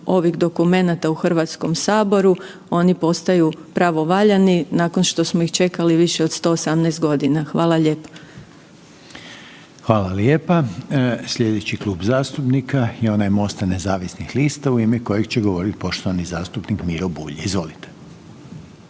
ovih dokumenta u Hrvatskom saboru oni postaju pravovaljani nakon što smo ih čekali više od 118 godina. Hvala lijepa. **Reiner, Željko (HDZ)** Hvala lijepa. Sljedeći klub zastupnika je onaj MOST-a nezavisnih lista u ime kojeg će govoriti poštovani zastupnik Miro Bulj. Izvolite.